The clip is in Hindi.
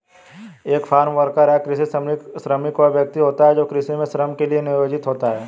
एक फार्म वर्कर या कृषि श्रमिक वह व्यक्ति होता है जो कृषि में श्रम के लिए नियोजित होता है